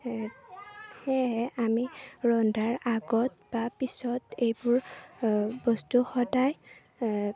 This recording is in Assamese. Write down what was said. সেয়েহে আমি ৰন্ধাৰ আগত বা পিছত এইবোৰ বস্তু সদায়